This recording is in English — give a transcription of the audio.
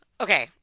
okay